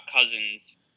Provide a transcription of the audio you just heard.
Cousins